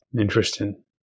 Interesting